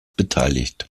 beteiligt